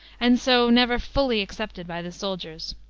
and so never fully accepted by the soldiers.